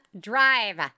Drive